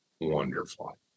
wonderful